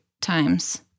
times